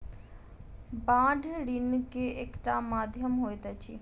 bond ऋण के एकटा माध्यम होइत अछि